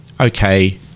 okay